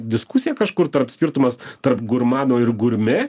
diskusiją kažkur tarp skirtumas tarp gurmano ir gurmė